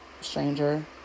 stranger